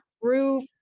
roof